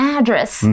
Address